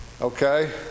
Okay